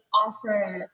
awesome